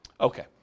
Okay